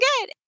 good